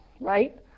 right